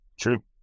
true